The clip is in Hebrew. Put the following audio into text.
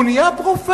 והוא נהיה פרופסור",